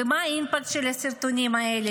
מה האימפקט של הסרטונים האלה?